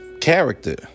character